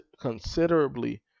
considerably